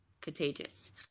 Contagious